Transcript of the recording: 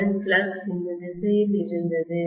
அசல் ஃப்ளக்ஸ் இந்த திசையில் இருந்தது